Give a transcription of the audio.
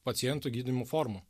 pacientų gydymų formų